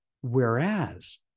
Whereas